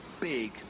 big